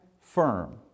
firm